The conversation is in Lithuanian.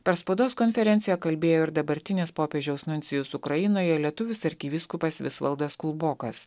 per spaudos konferenciją kalbėjo ir dabartinis popiežiaus nuncijus ukrainoje lietuvis arkivyskupas visvaldas kulbokas